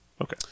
Okay